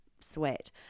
sweat